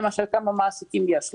כמה מעסיקים שיש לו.